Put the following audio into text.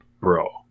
bro